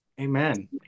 amen